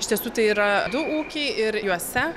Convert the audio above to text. iš tiesų tai yra du ūkiai ir juose